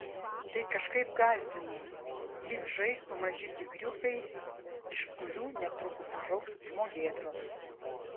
tai kažkaip gąsdino lyg žaistų maži tigriukai iš kurių netrukus užaugs žmogėdros